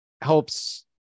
helps